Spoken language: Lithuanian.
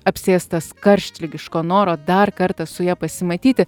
apsėstas karštligiško noro dar kartą su ja pasimatyti